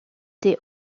des